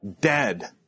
dead